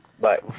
Bye